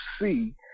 see